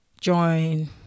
join